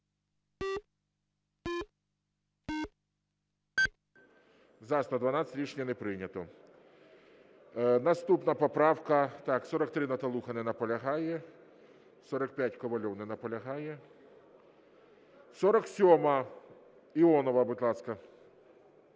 За-112 Рішення не прийнято. Наступна поправка… 43-я, Наталуха. Не наполягає. 45, Ковальов. Не наполягає. 47-а, Іонова. Будь ласка.